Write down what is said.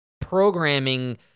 programming